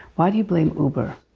why do you blame uber?